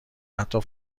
حتی